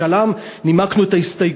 המשותפת לדיון בהצעת חוק-יסוד: משאל עם.